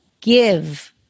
give